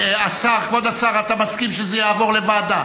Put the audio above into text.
כבוד השר, אתה מסכים שזה יעבור לוועדה?